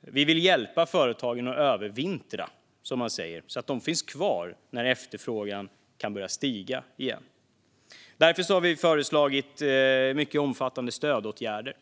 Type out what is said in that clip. Vi vill hjälpa företagen att övervintra, som man säger, så att de finns kvar när efterfrågan kan börja stiga igen. Därför har vi föreslagit mycket omfattande stödåtgärder.